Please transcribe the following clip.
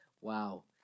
wow